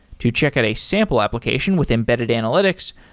to check out a sample application with embedded analytics,